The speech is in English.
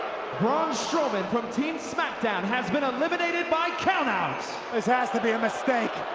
braun strowman from team smackdown has been eliminated by count outs. this has to be a mistake.